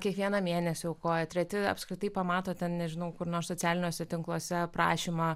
kiekvieną mėnesį aukoja treti apskritai pamato ten nežinau kur nors socialiniuose tinkluose prašymą